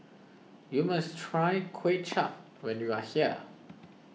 you must try Kway Chap when you are here